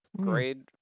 grade